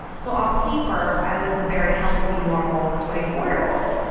so on paper i was a very healthy, normal twenty four year old.